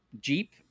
Jeep